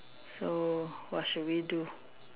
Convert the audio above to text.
so what should we do